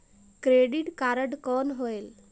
Credit card कौन होएल?